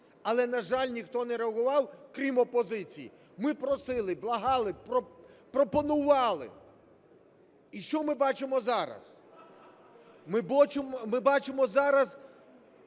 Але, на жаль, ніхто не реагував, крім опозиції. Ми просили, благали, пропонували. І що ми бачимо зараз? Ми бачимо зараз